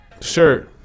sure